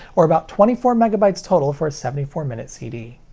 or about twenty four megabytes total for a seventy four minute cd.